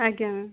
ଆଜ୍ଞା ମ୍ୟାମ୍